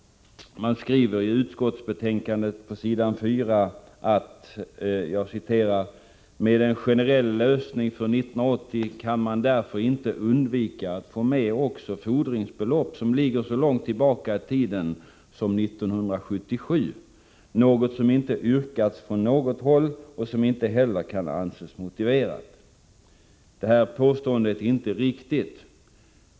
Man skriver i utskottsbetänkandet på s. 4: ”Med en generell lösning för 1980 kan man därför inte undvika att få med också fordringsbelopp som ligger så långt tillbaka i tiden som 1977, något som inte yrkats från något håll och som inte heller kan anses motiverat.” Detta påstående är inte riktigt.